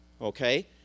Okay